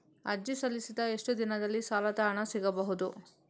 ಅರ್ಜಿ ಸಲ್ಲಿಸಿದ ಎಷ್ಟು ದಿನದಲ್ಲಿ ಸಾಲದ ಹಣ ಸಿಗಬಹುದು?